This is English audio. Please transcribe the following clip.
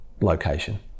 location